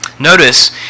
Notice